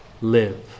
live